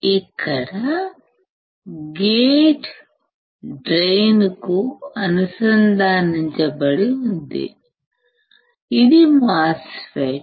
ఇక్కడ gate drain కు అనుసంధానించబడి ఉంది ఇది మాస్ ఫెట్